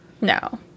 no